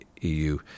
EU